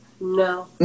No